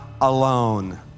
alone